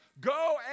go